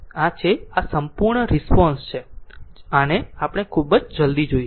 આ છે આપણે પૂર્ણ રિસ્પોન્સ કહીશું જેને આપણે ખૂબ જલ્દી જોઈશું